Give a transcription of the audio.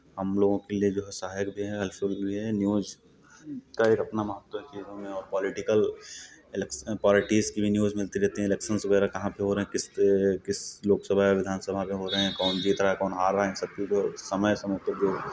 हम लोगों के लिए बहुत सहायक भी है अच्छी भी हैं न्यूज़ का और अपना महत्व है जीवन में और पोलिटिकल इलेक्शन पार्टीज़ की भी न्यूज़ मिलती रहती हैं इलेक्शन्स वगैरह कहाँ पे हो रहे हैं किस किस लोकसभा विधानसभा में हो रहे हैं कौन जीत रहा कौन हार रहा इन सबकी जो समय समय पे जो